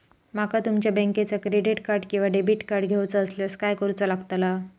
माका तुमच्या बँकेचा क्रेडिट कार्ड किंवा डेबिट कार्ड घेऊचा असल्यास काय करूचा लागताला?